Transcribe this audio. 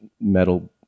metal